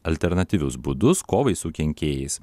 alternatyvius būdus kovai su kenkėjais